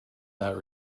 that